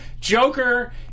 Joker